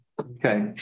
Okay